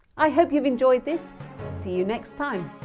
i hope you've enjoyed this see you next time!